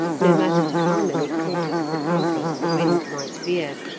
no matter to how many quarters of the compass the wind might veer,